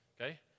okay